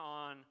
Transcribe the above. on